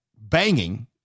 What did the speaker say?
banging